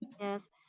Yes